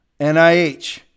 nih